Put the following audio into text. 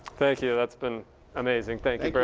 thank you. that's been amazing. thank you,